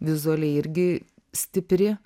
vizualiai irgi stipri